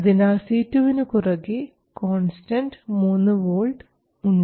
അതിനാൽ C2 വിന് കുറുകെ കോൺസ്റ്റൻറ് 3 V ഉണ്ട്